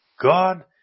God